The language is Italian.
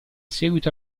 seguito